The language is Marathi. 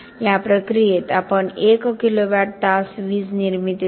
या प्रक्रियेत आपण 1 किलोवॅट तास वीज निर्मितीसाठी 1